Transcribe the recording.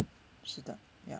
是的呀